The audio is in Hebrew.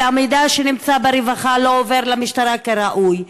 והמידע שנמצא ברווחה לא עובר למשטרה כראוי.